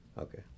Okay